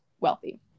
wealthy